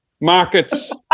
markets